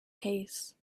case